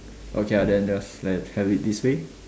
okay lah then just let's have it this way